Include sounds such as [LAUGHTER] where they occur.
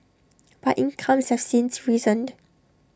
but incomes have since risen [UNINTELLIGIBLE]